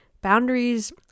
boundaries